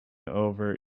over